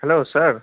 hello sir